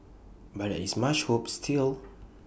but there is much hope still